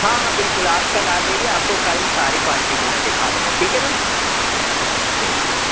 ہاں ہاں بالکل آپ کل آ جائیے آپ کو کل ساری کوالیٹی کے میں دکھا دوں گا ٹھیک ہے میم تھینک یو